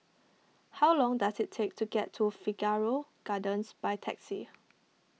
how long does it take to get to Figaro Gardens by taxi